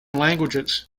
languages